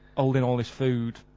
olding all this food,